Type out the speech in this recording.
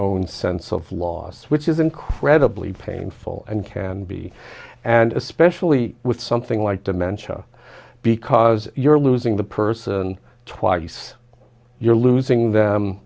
own sense of loss which is incredibly painful and can be and especially with something like dementia because you're losing the person twice you're losing them